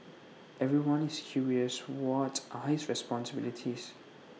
everyone is curious what are his responsibilities